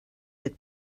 that